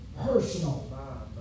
personal